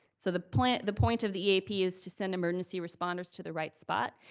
so the point the point of the eap is to send emergency responders to the right spot,